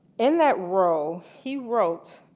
and that role he wrote